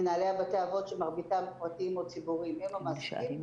מנהלי בתי האבות שמרביתם פרטיים או ציבוריים הם המעסיקים.